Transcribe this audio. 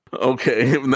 Okay